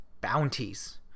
bounties